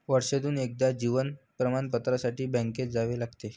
वर्षातून एकदा जीवन प्रमाणपत्रासाठी बँकेत जावे लागते